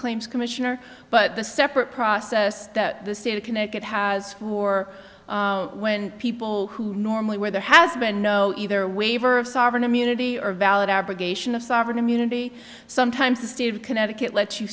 claims commissioner but the separate process that the state of connecticut has for when people who normally where there has been no either waiver of sovereign immunity or valid abrogation of sovereign immunity sometimes the state of connecticut let you